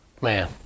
Man